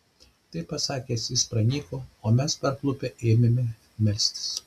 tai pasakęs jis pranyko o mes parklupę ėmėme melstis